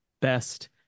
best